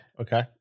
okay